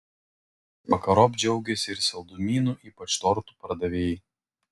vakarop džiaugėsi ir saldumynų ypač tortų pardavėjai